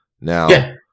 Now